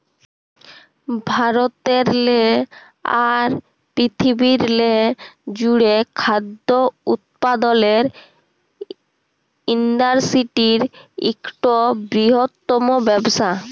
ভারতেরলে আর পিরথিবিরলে জ্যুড়ে খাদ্য উৎপাদলের ইন্ডাসটিরি ইকট বিরহত্তম ব্যবসা